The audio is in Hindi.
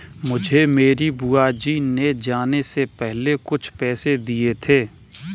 मुझे मेरी बुआ जी ने जाने से पहले कुछ पैसे दिए थे